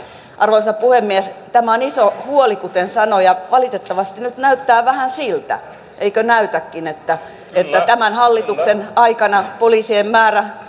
arvoisa puhemies tämä on iso huoli kuten sanoin ja valitettavasti nyt näyttää vähän siltä eikö näytäkin että että tämän hallituksen aikana poliisien määrä